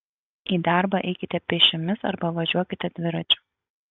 į darbą eikite pėsčiomis arba važiuokite dviračiu